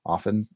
Often